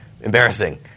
embarrassing